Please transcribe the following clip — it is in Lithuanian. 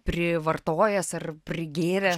prievartojęs ar prigėręs